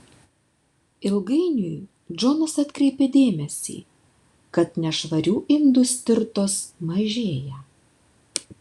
ilgainiui džonas atkreipė dėmesį kad nešvarių indų stirtos mažėja